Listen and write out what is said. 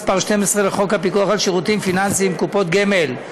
הפיקוח על שירותים פיננסיים (קופות גמל),